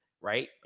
right